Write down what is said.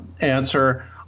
answer